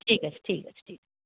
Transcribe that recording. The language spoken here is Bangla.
ঠিক আছে ঠিক আছে ঠিক আছে